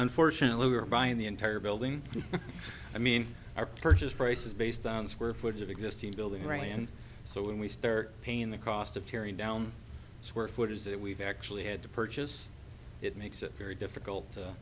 unfortunately we are buying the entire building i mean our purchase price is based on square footage of existing building right and so when we start paying the cost of tearing down square footage that we've actually had to purchase it makes it very difficult